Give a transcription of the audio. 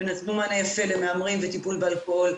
ונתנו מענה יפה למהמרים וטיפול באלכוהול,